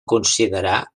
considerar